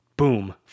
Boom